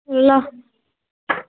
ए ल